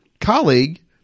colleague